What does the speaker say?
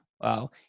wow